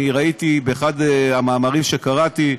אני ראיתי באחד המאמרים שקראתי,